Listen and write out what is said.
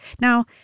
Now